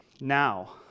now